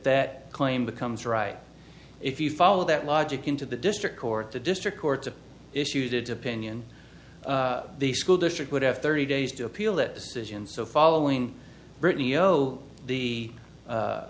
that claim becomes right if you follow that logic into the district court the district court to issue to opinion the school district would have thirty days to appeal that decision so following britney oh the